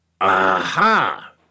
Aha